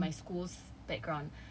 um my school's background